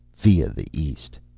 via the east.